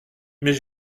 mais